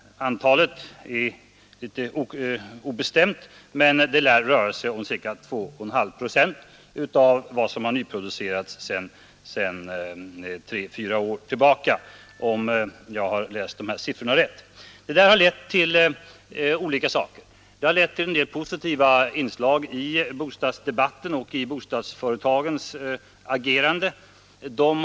Antalet är litet obestämt, men det rör sig om ca 2,5 procent av vad som har nyproducerats sedan 1967. Nr 110 Detta har lett till en del positiva inslag i bostadsdebatten och i bostadsföretagens agerande.